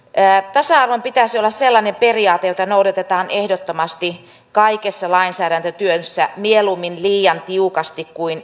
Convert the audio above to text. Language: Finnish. tasa arvon pitäisi olla sellainen periaate jota noudatetaan ehdottomasti kaikessa lainsäädäntötyössä mieluummin liian tiukasti kuin